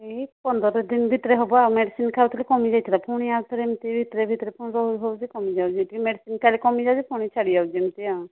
ଏଇ ପନ୍ଦରଦିନ ଭିତରେ ହବ ମେଡ଼ିସିନ୍ ଖାଉଥିଲି କମିଯାଇଥିଲା ଫୁଣି ଆଉଥରେ ଏମତି ବି ଭିତରେ ଭିତରେ ପୁଣି ଗୁଳୁଗୁଳି ହେଉଛି କମିଯାଉଛି ପୁଣି ମେଡ଼ିସିନ୍ ଖାଇଲେ କମିଯାଉଛି ଫୁଣି ଛାଡ଼ିଯାଉଛି ଏମିତି ଆଉ